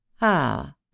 Ah